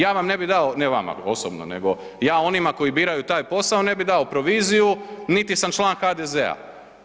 Ja vam ne bi dao, ne vama osobno, nego ja onima koji biraju taj posao ne bih dao proviziju niti sam član HDZ-a.